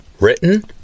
Written